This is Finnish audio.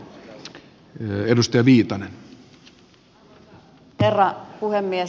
arvoisa herra puhemies